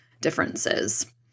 differences